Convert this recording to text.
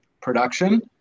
production